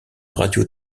radio